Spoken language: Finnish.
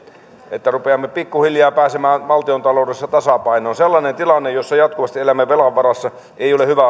että rupeamme pikkuhiljaa pääsemään valtiontaloudessa tasapainoon sellainen tilanne jossa jatkuvasti elämme velan varassa ei ole hyvä